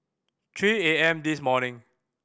three A M this morning